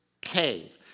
cave